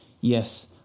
Yes